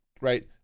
right